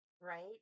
right